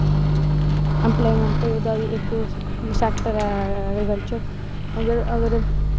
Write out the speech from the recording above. employment दा बी इक्क सैक्टर ऐ ऐग्रीकल्चर अगर